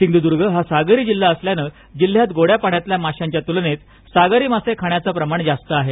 सिंधुदुर्ग हा सागरी जिल्हा असल्यान जिल्ह्यात गोड्या पाण्यातल्या माशांच्या तूलनेत सागरी मासे खाण्याच प्रमाण जास्त आहे